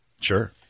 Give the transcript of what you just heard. Sure